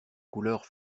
couleurs